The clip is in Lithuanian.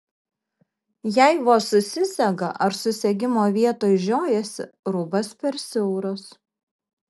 jei vos susisega ar susegimo vietoj žiojasi rūbas per siauras